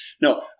No